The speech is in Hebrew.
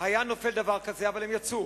היה נופל דבר כזה, אבל הם יצאו.